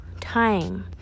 time